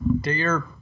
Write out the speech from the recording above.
Dear